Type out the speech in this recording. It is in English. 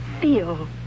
feel